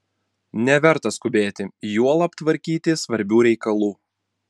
neverta skubėti juolab tvarkyti svarbių reikalų